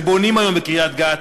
שבונים היום בקריית-גת,